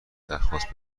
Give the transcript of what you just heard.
درخواست